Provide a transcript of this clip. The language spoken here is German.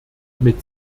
mit